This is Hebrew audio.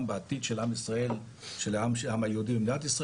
שלא יהיה פה ספק,